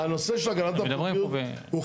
אני אמרתי, הנושא של הגנת הפרטיות הוא חשוב.